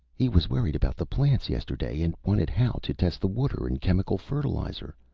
he was worried about the plants yesterday and wanted hal to test the water and chemical fertilizer.